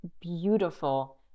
beautiful